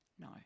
no